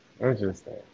Interesting